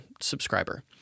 subscriber